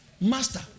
master